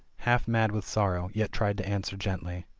half mad with sorrow, yet tried to answer gently.